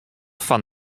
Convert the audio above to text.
fan